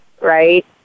right